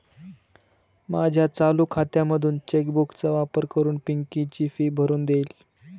माझ्या चालू खात्यामधून चेक बुक चा वापर करून पिंकी ची फी भरून देईल